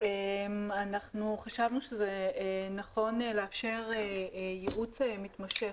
אנחנו חשבנו שזה נכון לאפשר ייעוץ מתמשך.